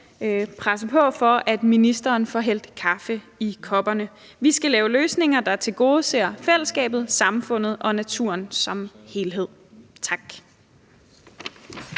presse på for, at ministeren får hældt kaffe i kopperne. Vi skal lave løsninger, der tilgodeser fællesskabet, samfundet og naturen som helhed. Tak.